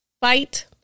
Fight